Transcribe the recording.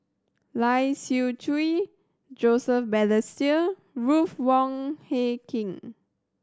Lai Siu Chiu Joseph Balestier Ruth Wong Hie King